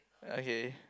okay